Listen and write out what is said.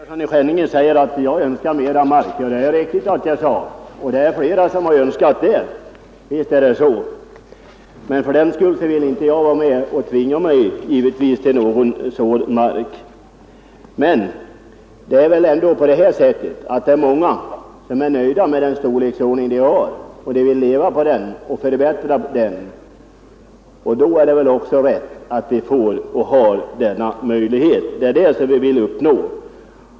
Herr talman! Herr Persson i Skänninge säger att jag önskar mera mark. Ja, det är riktigt att jag sade så, och det är flera som har önskat det. Men fördenskull vill jag givetvis inte vara med om att tvinga mig till någon mark. Det är väl ändå så att många är nöjda med den storleksordning de har på sitt jordbruk; de vill leva på detta jordbruk och förbättra det. Då är det väl också rätt att de får denna möjlighet. Det är detta vi vill uppnå.